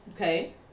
okay